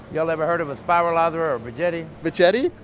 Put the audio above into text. y'all ever heard of a spiralizer or veggetti? veggetti?